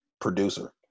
producer